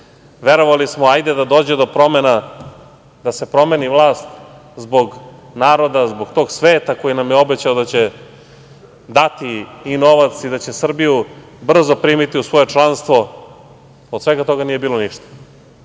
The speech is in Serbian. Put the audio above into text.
Verovali smo, hajde da dođe do promena, da se promeni vlast zbog naroda, zbog toga sveta koji nam je obećao da će dati i novac i da će Srbiju brzo primiti u svoje članstvo. Od svega toga nije bilo ništa.